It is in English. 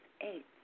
Eight